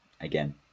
Again